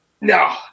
No